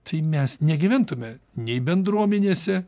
tai mes negyventume nei bendruomenėse